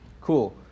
Cool